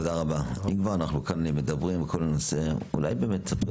תודה רבה אם אנחנו כבר מדברים על הנושא אולי תספרי